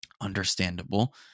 understandable